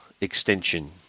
extension